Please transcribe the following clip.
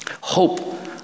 Hope